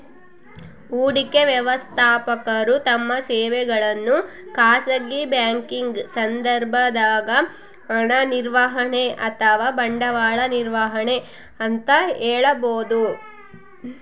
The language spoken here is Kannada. ಹೂಡಿಕೆ ವ್ಯವಸ್ಥಾಪಕರು ತಮ್ಮ ಸೇವೆಗಳನ್ನು ಖಾಸಗಿ ಬ್ಯಾಂಕಿಂಗ್ ಸಂದರ್ಭದಾಗ ಹಣ ನಿರ್ವಹಣೆ ಅಥವಾ ಬಂಡವಾಳ ನಿರ್ವಹಣೆ ಅಂತ ಹೇಳಬೋದು